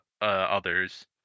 others